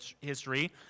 history